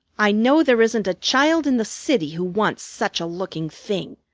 i know there isn't a child in the city who wants such a looking thing.